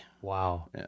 Wow